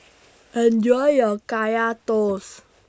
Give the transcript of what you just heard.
Enjoy your Kaya Toast